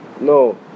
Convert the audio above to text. No